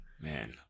man